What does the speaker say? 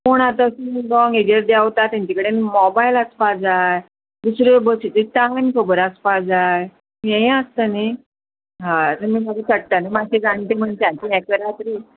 कोण आतां लोंग हेजेर देंवता तेंचे कडेन मोबायल आसपा जाय दुसऱ्यो बसीचे टायम खबर आसपा जाय हेय आसता न्ही हय तुमी चडटना न्ही मात्शे जाणटे मनशांचो हेल्प करात रे